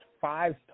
five